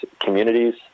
communities